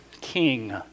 king